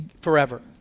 forever